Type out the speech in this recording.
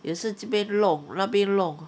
也是这边弄那边弄